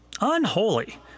unholy